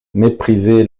méprisé